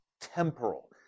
temporal